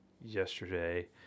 yesterday